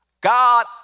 God